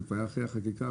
זה היה כבר אחרי החקיקה,